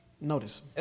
Notice